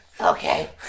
Okay